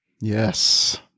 Yes